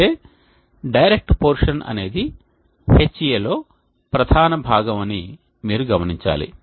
అయితే direct portion అనేది Ha లో ప్రధాన భాగం అని మీరు గమనించాలి